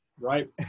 Right